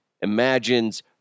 imagines